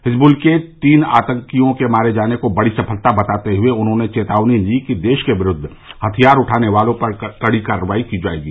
हिजबुल के तीन आतंकवादियों के मारे जाने को बड़ी सफलता बताते हुए उन्होंने चेतावनी दी कि देश के विरूद्व हथियार उठाने वालों पर कड़ी कार्रवाई की जायेगी